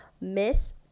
Miss